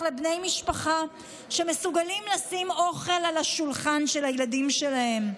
לבני משפחה שמסוגלים לשים אוכל על השולחן של הילדים שלהם.